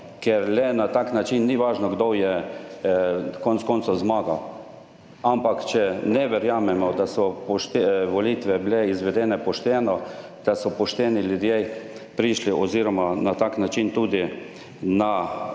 ker le na tak način - ni važno, kdo je, konec koncev, zmagal, ampak če ne verjamemo, da so volitve bile izvedene pošteno, da so pošteni ljudje prišli oziroma na tak način tudi na